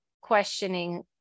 questioning